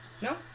No